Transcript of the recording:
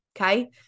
Okay